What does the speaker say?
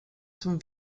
swym